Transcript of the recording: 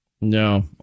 No